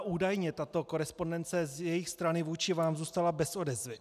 Údajně tato korespondence z jejich strany vůči vám zůstala bez odezvy.